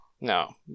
No